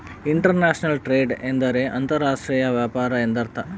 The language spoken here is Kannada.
ಇಂಟರ್ ನ್ಯಾಷನಲ್ ಟ್ರೆಡ್ ಎಂದರೆ ಅಂತರ್ ರಾಷ್ಟ್ರೀಯ ವ್ಯಾಪಾರ ಎಂದರ್ಥ